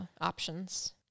options